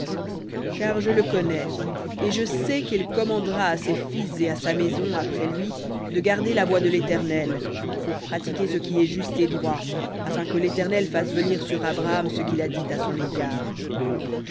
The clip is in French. car je le connais qu'il commandera à ses fils et à sa maison après lui de garder la voie de l'éternel pour pratiquer ce qui est juste et droit afin que l'éternel fasse venir sur abraham ce qu'il a dit à son égard